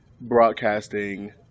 broadcasting